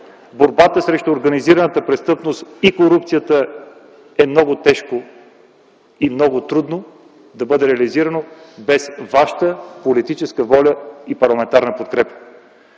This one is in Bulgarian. борбата срещу организираната престъпност и корупцията е много тежко и много трудно да бъде реализирана без вашата политическа воля и парламентарна подкрепа,